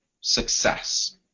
success